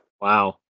Wow